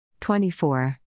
24